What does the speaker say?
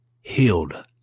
healed